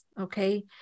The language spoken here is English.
Okay